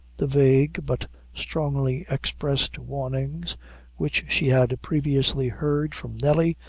the vague, but strongly expressed warnings which she had previously heard from nelly,